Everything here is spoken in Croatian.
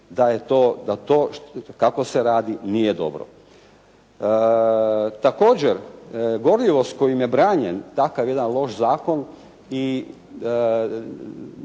da to kako se radi nije dobro. Također govorljivost kojom je branjen takav jedan loš zakon